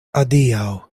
adiaŭ